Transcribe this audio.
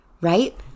Right